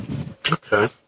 Okay